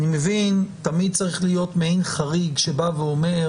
אני מבין שתמיד צריך להיות מעין חריג שבא ואומר